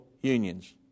unions